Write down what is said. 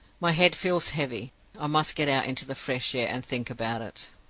my head feels heavy i must get out into the fresh air, and think about it.